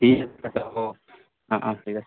ঠিক আছে হ'ব অঁ অঁ ঠিক আছে